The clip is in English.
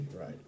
Right